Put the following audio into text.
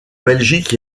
belgique